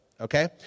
okay